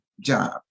job